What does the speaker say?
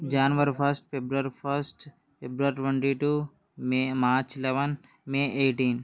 January first February first February twenty two May March eleven May eighteen